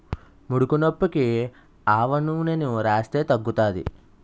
ముడుకునొప్పికి ఆవనూనెని రాస్తే తగ్గుతాది